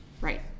Right